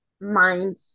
mind